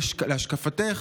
להשקפתך,